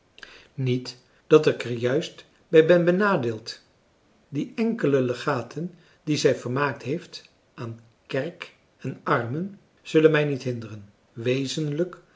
niet dat ik er juist bij ben benadeeld die enkele legaten die zij vermaakt heeft aan kerk en armen zullen mij niet hinderen